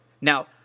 Now